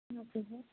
okay sir